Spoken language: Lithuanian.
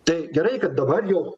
tai gerai kad dabar jau